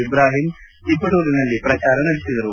ಇಬ್ರಾಹಿಂ ತಿವಟೂರಿನಲ್ಲಿ ಪ್ರಚಾರ ನಡೆಸಿದರು